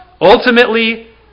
Ultimately